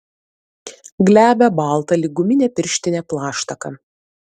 glebią baltą lyg guminė pirštinė plaštaką